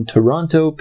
Toronto